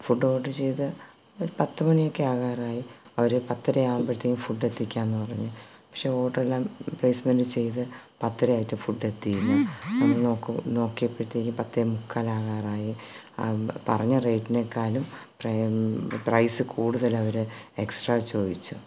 food order ചെയ്ത് ഒരു പത്തുമണിയൊക്കെ ആകാറായി അവർ പത്തര ആകുമ്പോഴത്തേക്ക് ഫുഡ് എത്തിക്കാം എന്ന് പറഞ്ഞ് പക്ഷെ ഓർഡർ എല്ലാം പ്ലേസ്മെൻ്റ് ചെയ്ത് പത്തര ആയിട്ടും ഫുഡ് എത്തിയില്ല അങ്ങനെ നോക്ക് നോക്കിയപ്പോഴത്തേക്ക് പത്തേമുക്കാൽ ആകാറായി പറഞ്ഞ റേറ്റിനേക്കാളും പ്രൈ പ്രൈസ് കൂടുതൽ അവർ എക്സ്ട്രാ ചോദിച്ചു